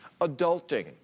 Adulting